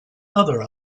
other